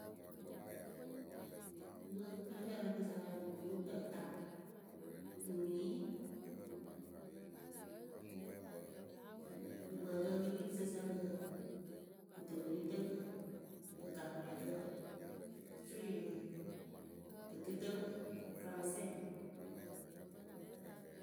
Wɨrɨkpǝ wɨ kpii rɨ ǝrɨkɨsa wɨ loh ko tǝta tuuruyi kɨkpǝǝkǝ kɨ ri kɨsǝŋkǝ kotokolitǝkǝ, kɨkapɔrɛkǝ cwɩyǝ kɨtɨtǝkǝ, fɨraŋsɛ.